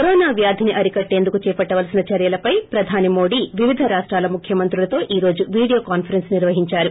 corona వ్యాధిని అరికట్టేందుకు చేపట్టవలసిన చర్యలపై ప్రధాని మోదీ వివిధ రాష్టాల ముఖ్యమంత్రులతో ఈ రోజు వీడియో కాన్సరెన్స్ నిర్వహిందారు